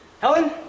Helen